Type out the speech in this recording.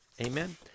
amen